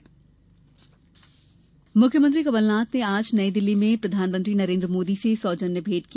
CM मुलाकात मुख्यमंत्री कमलनाथ ने आज नई दिल्ली में प्रधानमंत्री नरेन्द्र मोदी से सौजन्य भेंट की